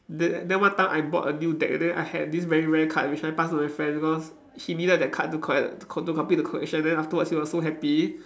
then then one time I bought a new deck then I had this very rare card which I passed to my friend because he needed that card to collect to co~ to complete the collection then afterwards he was so happy